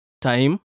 time